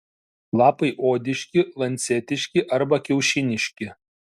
lapai odiški lancetiški arba kiaušiniški